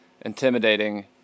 intimidating